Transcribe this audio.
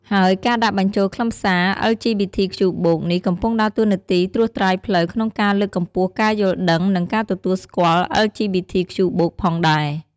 ហើយការដាក់បញ្ចូលខ្លឹមសារ អិល ជី ប៊ី ធី ខ្ជូ បូក (LGBTQ+)នេះកំពុងដើរតួនាទីត្រួសត្រាយផ្លូវក្នុងការលើកកម្ពស់ការយល់ដឹង និងការទទួលស្គាល់ អិល ជី ប៊ី ធី ខ្ជូ បូក (LGBTQ+)ផងដែរ។